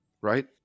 right